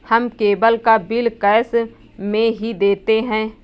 हम केबल का bill cash में ही देते हैं